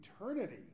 eternity